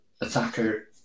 Attacker